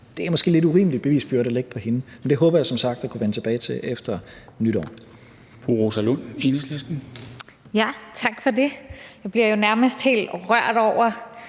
Det er måske en lidt urimelig bevisbyrde at lægge på hende, men det håber jeg som sagt at kunne vende tilbage til efter nytår.